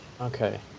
Okay